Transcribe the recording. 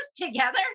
together